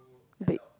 big